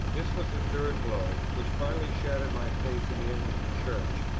this was the third blow, which finally shattered my faith in the anglican church.